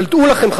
אבל דעו לכם,